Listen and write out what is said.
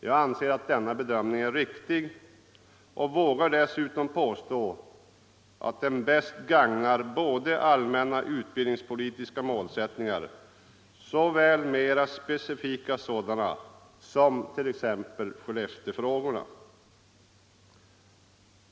Jag anser att denna bedömning är riktig och vågar dessutom påstå att den bäst gagnar både allmänna utbildningspolitiska målsättningar och mera specifika sådana, som Skellefteåfrågorna.